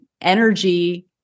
energy